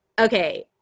Okay